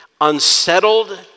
unsettled